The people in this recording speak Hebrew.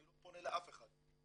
אני לא פונה לאף אחד.